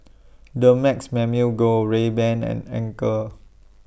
Dumex Mamil Gold Rayban and Anchor